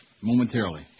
momentarily